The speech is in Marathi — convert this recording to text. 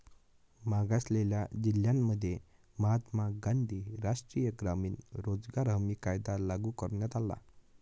मागासलेल्या जिल्ह्यांमध्ये महात्मा गांधी राष्ट्रीय ग्रामीण रोजगार हमी कायदा लागू करण्यात आला